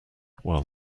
while